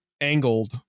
angled